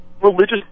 religious